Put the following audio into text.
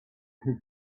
who